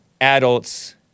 adults